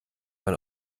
man